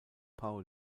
paul